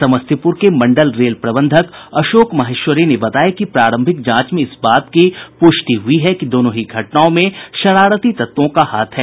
समस्तीपुर के मंडल रेल प्रबंधक अशोक महेश्वरी ने कहा कि प्रारंभिक जांच में इस बात की प्रष्टि हुई है कि दोनों ही घटनाओं में शरारती तत्वों का हाथ है